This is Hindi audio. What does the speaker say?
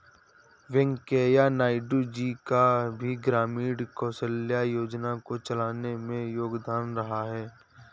वैंकैया नायडू जी का भी ग्रामीण कौशल्या योजना को चलाने में योगदान रहा है